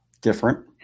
different